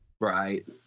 Right